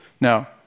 Now